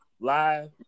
live